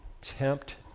tempt